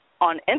on